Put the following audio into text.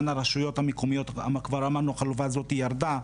שבתוך הרשויות המקומיות החלופה הזאת ירדה.